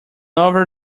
over